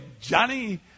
Johnny